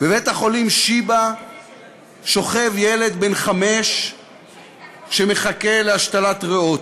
בבית-החולים שיבא שוכב ילד בן חמש שמחכה להשתלת ריאות.